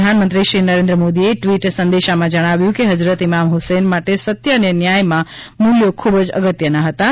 પ્રધાનમંત્રી શ્રી નરેન્દ્ર મોદીએ ટવીટ સંદેશામાં જણાવ્યું છે કે હઝરત ઇમામ ફુસૈન માટે સત્ય અને ન્યાયનાં મૂલ્યો ખૂબ જ અગત્યનાં હતાં